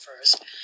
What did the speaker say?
first